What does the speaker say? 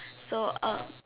so uh